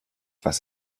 was